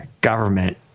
government